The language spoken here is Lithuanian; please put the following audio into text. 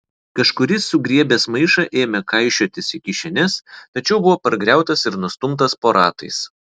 kažkuris sugriebęs maišą ėmė kaišiotis į kišenes tačiau buvo pargriautas ir nustumtas po ratais